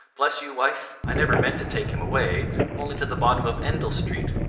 bless you, wife! i never meant to take him away only to the bottom of endell street.